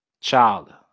child